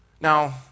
Now